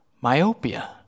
Myopia